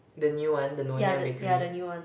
the new one the Nyonya bakery